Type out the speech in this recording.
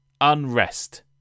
Unrest